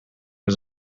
was